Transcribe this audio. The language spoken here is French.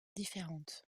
différentes